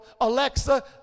Alexa